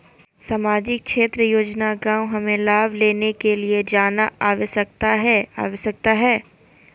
सामाजिक क्षेत्र योजना गांव हमें लाभ लेने के लिए जाना आवश्यकता है आवश्यकता है?